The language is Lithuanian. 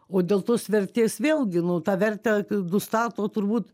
o dėl tos vertės vėlgi nu tą vertę nustato turbūt